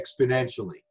exponentially